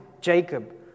Jacob